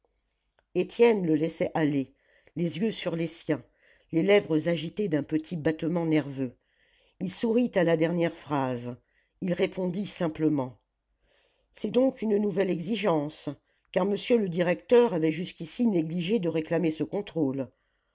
étienne le laissait aller les yeux sur les siens les lèvres agitées d'un petit battement nerveux il sourit à la dernière phrase il répondit simplement c'est donc une nouvelle exigence car monsieur le directeur avait jusqu'ici négligé de réclamer ce contrôle